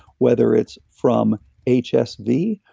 whether it's from hsv,